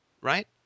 right